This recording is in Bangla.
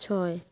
ছয়